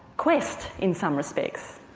quest in some respects.